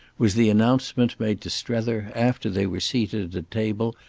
was the announcement made to strether after they were seated at table,